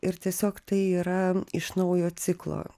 ir tiesiog tai yra iš naujo ciklo